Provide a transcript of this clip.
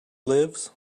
lives